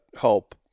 help